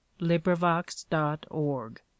LibriVox.org